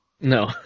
no